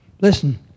Listen